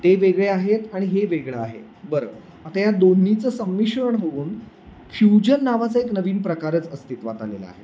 ते वेगळे आहेत आणि हे वेगळं आहे बरं आता या दोन्हीचं संमिश्रण होऊन फ्युजन नावाचं एक नवीन प्रकारच अस्तित्वात आलेला आहे